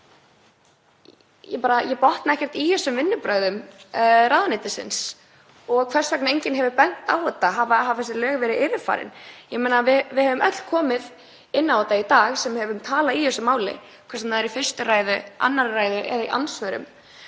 Ég bara botna ekkert í þessum vinnubrögðum ráðuneytisins og hvers vegna enginn hefur bent á þetta. Hafa þessi lög verið yfirfarin? Við höfum öll komið inn á þetta í dag sem höfum talað í þessu máli, hvort sem það er í fyrstu ræðu, annarri ræðu eða í andsvörum,